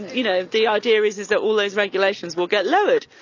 you know, the idea is is that all those regulations will get lowered,